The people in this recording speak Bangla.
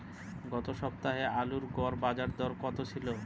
গত সপ্তাহে আলুর গড় বাজারদর কত ছিল?